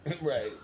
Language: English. Right